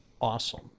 awesome